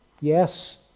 Yes